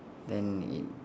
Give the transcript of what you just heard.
then it